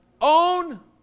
own